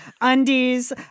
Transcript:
undies